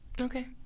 Okay